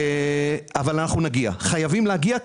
חייבים להגיע,